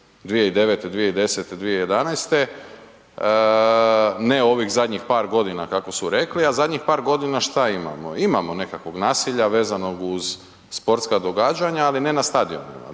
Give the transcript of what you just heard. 2009., 2010., 2011., ne ovih zadnjih par godina kako su rekli a zadnjih par godina, šta imamo, imamo nekakvog nasilja vezano uz sportska događanja ali ne na stadionima.